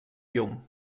llum